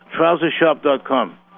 Trousershop.com